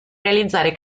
realizzare